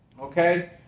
Okay